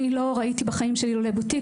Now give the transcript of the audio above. אני לא ראיתי בחיים שלי לולי בוטיק,